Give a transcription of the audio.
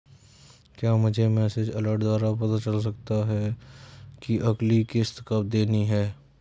क्या मुझे message alert द्वारा पता चल सकता कि अगली किश्त कब देनी है?